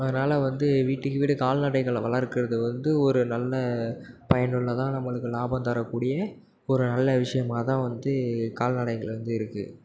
அதனால் வந்து வீட்டுக்கு வீடு கால்நடைகளை வளர்க்கிறது வந்து ஒரு நல்ல பயனுள்ளதாக நம்மளுக்கு லாபம் தரக்கூடிய ஒரு நல்ல விஷயமாக தான் வந்து இது கால்நடைகள் வந்து இருக்குது